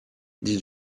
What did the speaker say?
dit